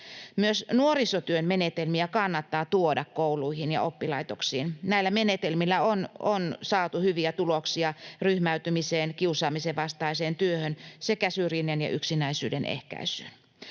Myös nuorisotyön menetelmiä kannattaa tuoda kouluihin ja oppilaitoksiin. Näillä menetelmillä on saatu hyviä tuloksia ryhmäytymiseen, kiusaamisen vastaiseen työhön sekä syrjinnän ja yksinäisyyden ehkäisyyn.